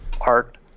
art